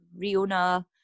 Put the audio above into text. Riona